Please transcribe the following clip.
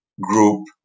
group